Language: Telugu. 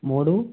మూడు